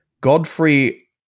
Godfrey